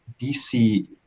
BC